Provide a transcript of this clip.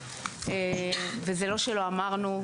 וזה לא שלא אמרנו,